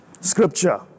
Scripture